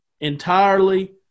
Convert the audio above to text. entirely